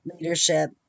leadership